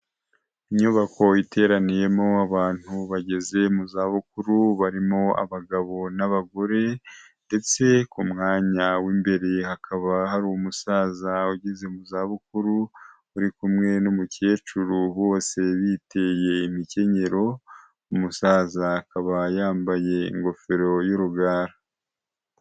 Inyubako iteraniyemo abantu bageze mu za bukuru barimo abagabo n'abagore, ndetse ku mwanya w'imbere hakaba hari umusaza ugeze mu za bukuru; uri kumwe n'umukecuru bose biteye imikenyero, umusaza akaba yambaye ingofero y'urugara.